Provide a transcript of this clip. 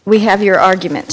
we have your argument